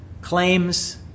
claims